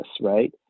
right